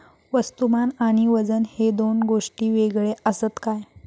वस्तुमान आणि वजन हे दोन गोष्टी वेगळे आसत काय?